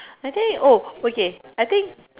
I think oh okay I think